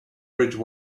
bridge